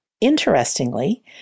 Interestingly